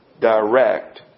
direct